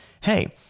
hey